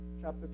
chapter